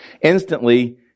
Instantly